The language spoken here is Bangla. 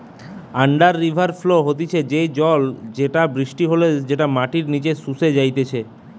আন্ডার রিভার ফ্লো হতিছে সেই জল যেটা বৃষ্টি হলে যেটা মাটির নিচে শুষে যাইতিছে